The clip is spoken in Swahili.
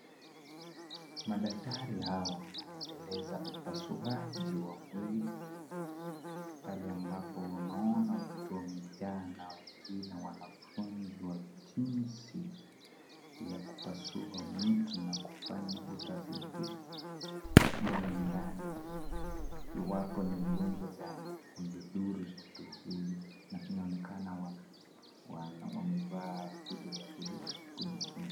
Madaktari hawa wanaendeleza upasuaji wa mwili, pale ambapo unaona watu wamejaa na wengine wanafunzwa jinsi ya kupasua mtu na kufanya utafiti mle ndani iwapo ni ugonjwa gani ulidhuru mtu huyu na inaonekana wamevaa vitu vya kujikinga.